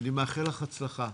אני מאחל לך הצלחה.